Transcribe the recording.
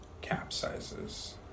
capsizes